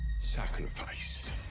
Sacrifice